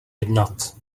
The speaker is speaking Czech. jednat